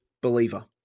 believer